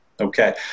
okay